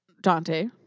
Dante